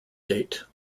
gate